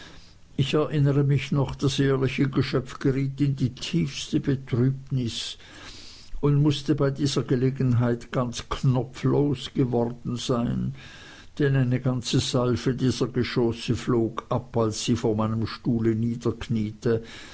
ich erinnere mich noch das ehrliche geschöpf geriet in die tiefste betrübnis und muß bei dieser gelegenheit ganz knopflos geworden sein denn eine ganze salve dieser geschosse flog ab als sie vor meinem stuhle niederkniete